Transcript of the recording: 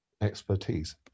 expertise